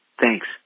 Thanks